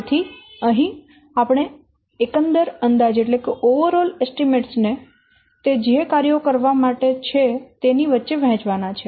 તેથી અહીં આપણે એકંદર અંદાજ ને તે જે કાર્યો કરવા માટે છે તેની વચ્ચે વહેંચવાના છે